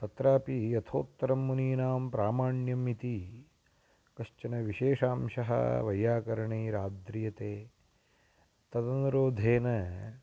तत्रापि यथोत्तरं मुनिनां प्रामाण्यम् इति कश्चन विशेषांशः वैयाकणैराद्रियते तदनुरोधेन